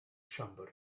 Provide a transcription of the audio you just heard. siambr